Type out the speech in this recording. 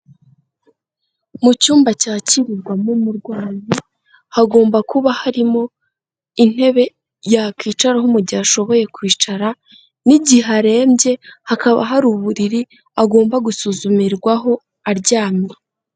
Mu cyumba cyakirirwamo umurwayi hagomba kuba harimo intebe yakwicaraho mu gihe ashoboye kwicara n'igihe arembye hakaba hari uburiri agomba gusuzumirwaho aryamye.